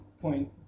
Point